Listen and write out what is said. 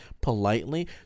politely